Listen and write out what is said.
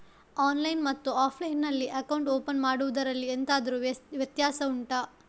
online ಮತ್ತು offline ನಲ್ಲಿ account open ಮಾಡುವುದರಲ್ಲಿ ಎಂತಾದರು ವ್ಯತ್ಯಾಸ ಉಂಟಾ